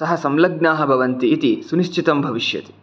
सह संलग्नाः भवन्ति इति सुनिश्चितं भविष्यति